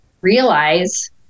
realize